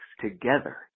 together